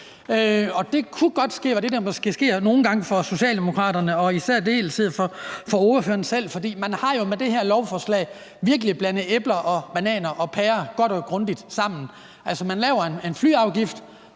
Det kunne godt ske, og det sker måske nogle gange for Socialdemokraterne og i særdeleshed for ordføreren selv, for man har jo med det her lovforslag virkelig blandet æbler og bananer og pærer godt og grundigt sammen. Man laver en flyafgift